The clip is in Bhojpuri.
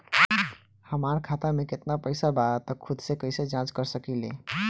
हमार खाता में केतना पइसा बा त खुद से कइसे जाँच कर सकी ले?